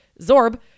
Zorb